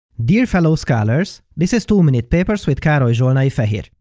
dear fellow scholars, this is two minute papers with karoly zsolnai-feher.